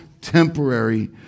temporary